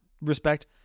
respect